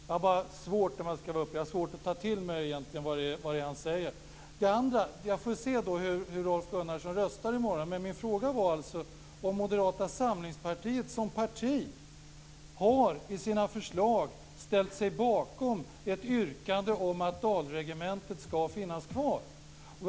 Jag har svårt att ta till mig vad han säger. Jag får se hur Rolf Gunnarsson röstar i morgon. Min fråga var om Moderata samlingspartiet som parti i sina förslag har ställt sig bakom ett yrkande om att Dalregementet ska finnas kvar.